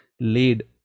laid